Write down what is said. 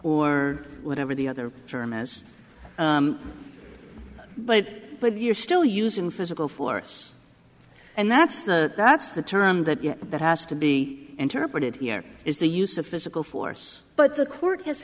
or whatever the other term is but but you're still using physical force and that's the that's the term that that has to be interpreted here is the use of physical force but the court has